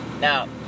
Now